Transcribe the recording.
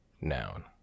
Noun